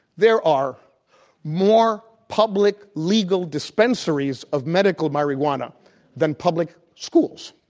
there are more public, legal dispensaries of medical marijuana than public schools.